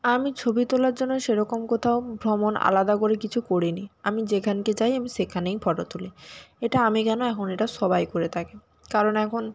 আমি ছবি তোলার জন্য সেরকম কোথাও ভ্রমণ আলাদা করে কিছু করি নি আমি যেখানকে যাই আমি সেখানেই ফটো তুলি এটা আমি কেন এখন এটা সবাই করে থাকে কারণ এখন